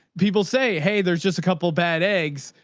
people say, hey, there's just a couple bad eggs.